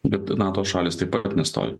bet nato šalys taip pat nestovi